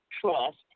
trust